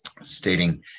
stating